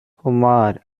umar